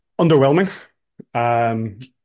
Underwhelming